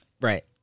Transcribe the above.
Right